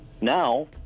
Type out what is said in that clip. now